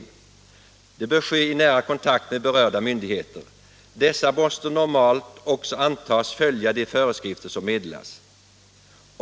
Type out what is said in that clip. Detta bör ske i nära kontakt med berörda myndigheter. Dessa måste normalt också antas följa de föreskrifter som meddelas.